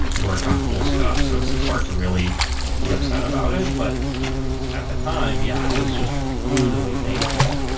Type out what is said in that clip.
we worked on cool stuff. so it's it's hard to really be upset about it. but at the time, yeah, it was just brutally painful.